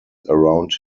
around